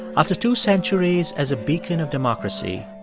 after two centuries as a beacon of democracy,